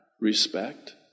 respect